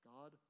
God